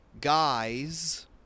guys